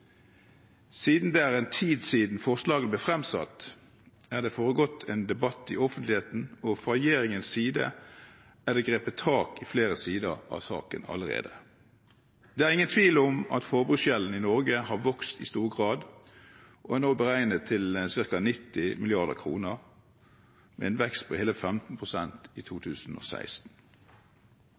Siden det er en tid siden forslagene ble fremsatt, har det foregått en debatt i offentligheten, og fra regjeringens side er det grepet tak i flere sider av saken allerede. Det er ingen tvil om at forbruksgjelden i Norge har vokst i stor grad. Den er nå beregnet til ca. 90 mrd. kr, en vekst på hele 15 pst. i 2016.